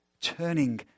turning